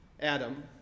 Adam